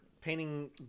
painting